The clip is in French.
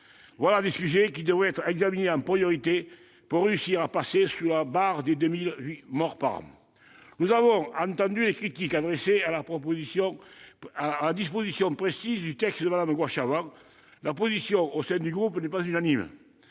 Voilà des sujets qui devraient être examinés en priorité pour réussir à passer sous la barre des 2 000 morts par an ! Nous avons entendu les critiques adressées à la disposition précise du texte de Mme Goy-Chavent. La position au sein du groupe n'est d'ailleurs pas unanime.